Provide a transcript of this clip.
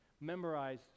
Memorize